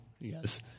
Yes